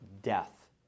death